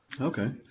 Okay